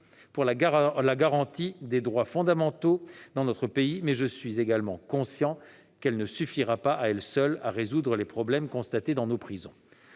pour la garantie des droits fondamentaux dans notre pays, mais je suis également conscient qu'il ne suffira pas, à lui seul, à résoudre les problèmes constatés dans nos prisons.